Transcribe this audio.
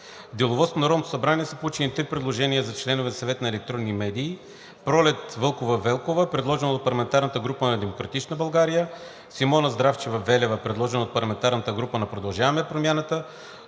деловодството на Народното събрание са получени три предложения за членове на Съвета за електронни медии: Пролет Вълкова Велкова, предложена от парламентарната група на „Демократична България“; Симона Здравчева Велева, предложена от парламентарната група на „Продължаваме промяната“.